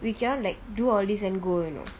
we cannot like do all this then go you know